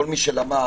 כל מי שלמד,